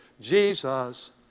Jesus